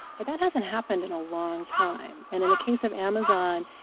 but that hasn't happened in a long time. and in the case of amazon,